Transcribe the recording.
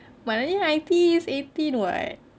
but I think I_T_E is eighteen [what]